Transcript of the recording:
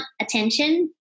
attention